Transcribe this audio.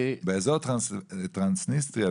באזור טרנסניסטריה,